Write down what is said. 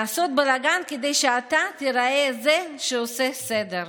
לעשות בלגן כדי שאתה תיראה זה שעושה סדר.